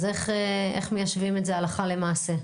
אז איך מיישבים את זה הלכה למעשה?